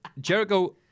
Jericho